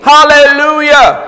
Hallelujah